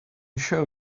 show